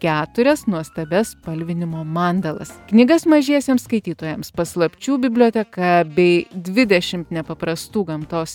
keturias nuostabias spalvinimo mandalas knygas mažiesiem skaitytojams paslapčių biblioteka bei dvidešimt nepaprastų gamtos